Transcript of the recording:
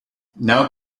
now